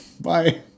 Bye